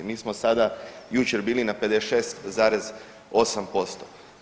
Mi smo sada, jučer bili na 56,8%